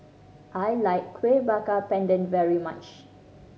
I like Kuih Bakar Pandan very much